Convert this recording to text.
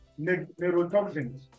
neurotoxins